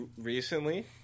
recently